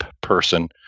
person